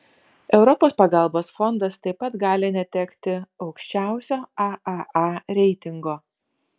europos pagalbos fondas taip pat gali netekti aukščiausio aaa reitingo